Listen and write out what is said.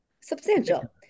substantial